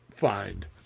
Find